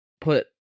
put